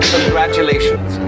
Congratulations